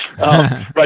Right